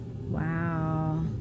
Wow